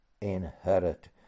inherit